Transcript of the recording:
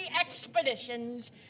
Expeditions